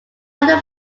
final